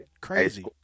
crazy